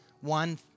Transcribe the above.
one